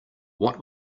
what